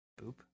boop